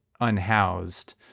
unhoused